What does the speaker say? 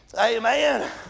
Amen